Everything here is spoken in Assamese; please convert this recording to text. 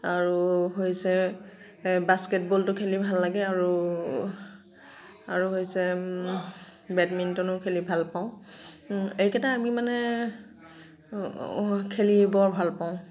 আৰু হৈছে বাস্কেটবলটো খেলি ভাল লাগে আৰু আৰু হৈছে বেডমিন্টনো খেলি ভাল পাওঁ এইকেইটা আমি মানে খেলি বৰ ভাল পাওঁ